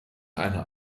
einer